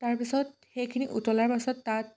তাৰপাছত সেইখিনি উতলাৰ পাছত তাত